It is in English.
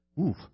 Oof